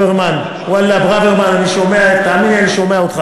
ברוורמן, ואללה, תאמין לי שאני שומע אותך.